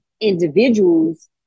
individuals